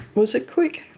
was it quick